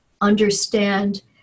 understand